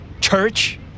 Church